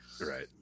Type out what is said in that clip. Right